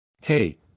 Hey